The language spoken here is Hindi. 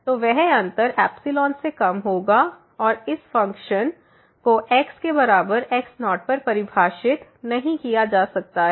तो वह अंतर से कम होगा और इस फ़ंक्शन को x के बराबर x0पर परिभाषित नहीं किया जा सकता है